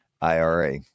IRA